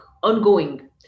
ongoing